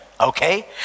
Okay